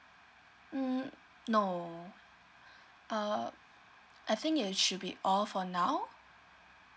mm no uh I think it should be all for now